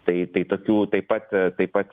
tai tai tokių taip pat taip pat